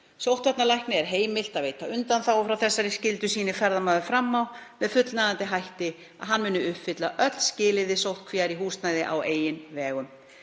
Sóttvarnalækni er heimilt að veita undanþágu frá þessari skyldu sýni ferðamaður fram á með fullnægjandi hætti að hann muni uppfylla öll skilyrði sóttkvíar í húsnæði á eigin vegum.